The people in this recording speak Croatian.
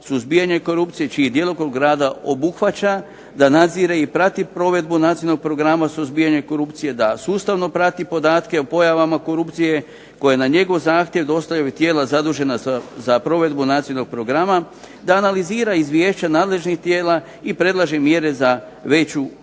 suzbijanja korupcije čiji djelokrug rada obuhvaća da nadzire i prati provedbu nacionalnog programa suzbijanja korupcije, da sustavno prati podatke o pojavama korupcije koje na njegov zahtjev dostavljaju tijela zadužena za provedbu nacionalnog programa. Da analizira izvješća nadležnih tijela i predlaže mjere za veću